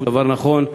דבר נכון,